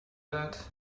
that